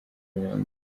nyundo